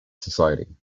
society